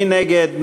מי נגד?